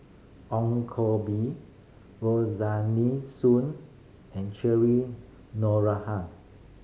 Ong Koh Bee Soon and Cherry